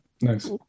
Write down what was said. nice